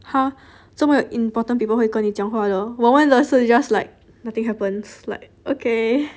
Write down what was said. !huh! 这么有 important people 会跟你讲话了的我 just like nothing happens like okay